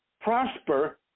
prosper